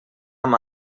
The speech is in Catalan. amb